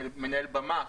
מנהל במה,